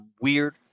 weird